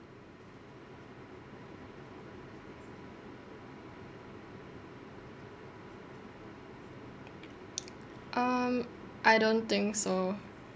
um I don't think so